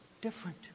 different